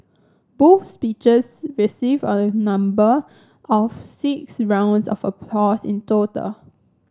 both speeches received a number of six rounds of applause in total